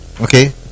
Okay